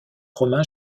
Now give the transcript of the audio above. romain